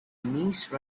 niece